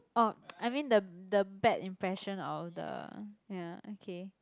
orh I mean the the bad impression of the ya okay